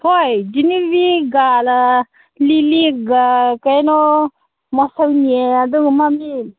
ꯍꯣꯏ ꯖꯤꯅꯤꯕꯤꯒ ꯂꯤꯂꯤꯒ ꯀꯩꯅꯣ ꯃꯈꯣꯏꯅꯤ ꯑꯗꯨꯒ ꯃꯣꯏꯅꯤ